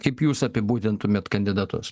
kaip jūs apibūdintumėt kandidatus